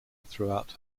throughout